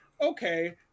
Okay